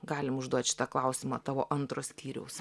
galim užduot šitą klausimą tavo antro skyriaus